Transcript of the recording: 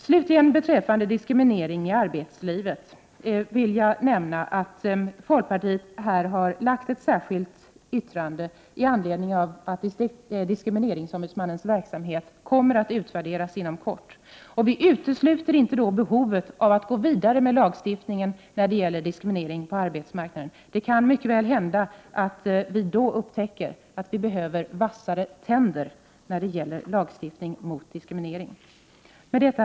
Slutligen vill jag, beträffande diskriminering i arbetslivet, nämna att folkpartiet har lagt ett särskilt yttrande i anledning av att diskrimineringsombudsmannens verksamhet kommer att utvärderas inom kort. Vi utesluter inte behovet av att då gå vidare med lagstiftning när det gäller diskriminering på arbetsmarknaden. Det kan mycket väl hända att vi då upptäcker att vi behöver vassare tänder när det gäller lagstiftning mot diskriminering. Herr talman!